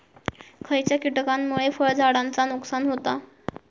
खयच्या किटकांमुळे फळझाडांचा नुकसान होता?